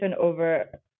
over